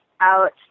out